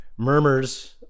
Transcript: Murmurs